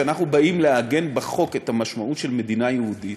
כשאנחנו באים לעגן בחוק את המשמעות של מדינה יהודית,